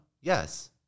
Yes